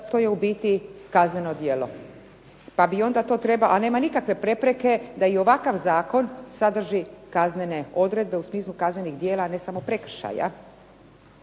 to je u biti kazneno djelo. Pa bi onda to trebalo, a nema nikakve prepreke da i ovakav zakon sadrži kaznene odredbe u smislu kaznenih djela a ne samo prekršaja,